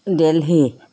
Delhi